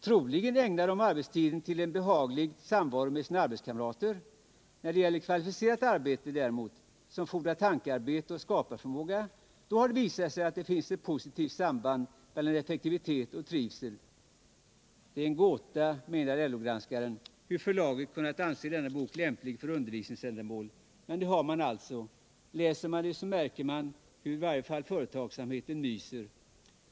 Troligen ägnar de arbetstiden till en behaglig samvaro med sina arbetskamrater. När det gäller kvalificerat arbete, som fordrar tankearbete och skaparförmåga, har det visat sig att det finns ett positivt samband mellan effektivitet och trivsel. Det är en gåta, menar LO-granskaren, hur förlaget kunnat anse denna bok lämplig för undervisningsändamål. Men det har förlaget alltså gjort. Läser man boken märker man hur i varje fall företagsamheten myser.